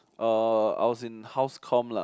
uh I was in house comm lah